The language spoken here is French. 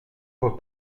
vos